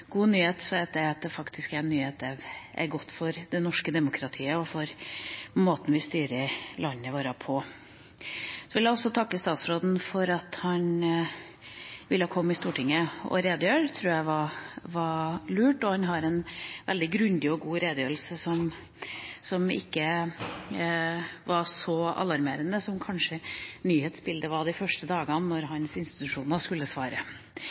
god nyhet, er det at det faktisk er en nyhet, godt for det norske demokratiet og for måten vi styrer landet vårt på. Så vil jeg også takke statsråden for at han ville komme til Stortinget og redegjøre. Det tror jeg var lurt. Han ga en veldig grundig og god redegjørelse, som ikke var så alarmerende som nyhetsbildet kanskje var de første dagene, da hans institusjoner skulle svare.